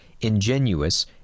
ingenuous